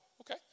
okay